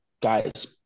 guys